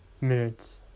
minutes